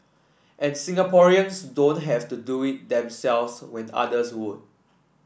and Singaporeans don't have to do it themselves when others would